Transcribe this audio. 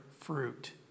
fruit